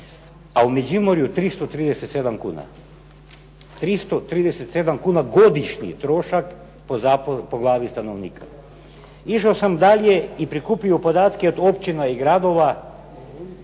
a u Međimurju 337 kuna. 337 kuna godišnji trošak po glavi stanovnika. Išao sam dalje i prikupio podatke od općina i gradova.